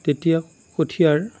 তেতিয়া কঠীয়াৰ